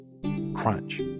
crunch